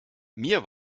mir